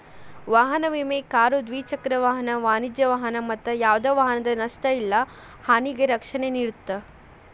ವಾಹನ ವಿಮೆ ಕಾರು ದ್ವಿಚಕ್ರ ವಾಹನ ವಾಣಿಜ್ಯ ವಾಹನ ಮತ್ತ ಯಾವ್ದ ವಾಹನದ ನಷ್ಟ ಇಲ್ಲಾ ಹಾನಿಗೆ ರಕ್ಷಣೆ ನೇಡುತ್ತದೆ